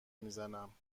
میزنم